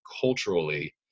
culturally